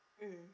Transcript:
mm